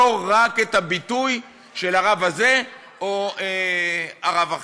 לא רק את הביטוי של הרב הזה או רב אחר.